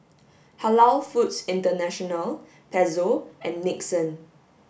Halal Foods International Pezzo and Nixon